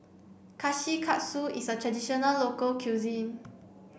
Kushikatsu is a traditional local cuisine